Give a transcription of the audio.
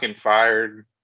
fired